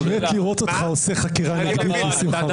אני מת לראות אותך עושה חקירה נגדית לשמחה רוטמן.